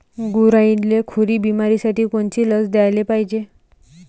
गुरांइले खुरी बिमारीसाठी कोनची लस द्याले पायजे?